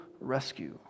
rescue